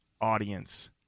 audience